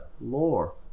lore